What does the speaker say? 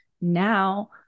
Now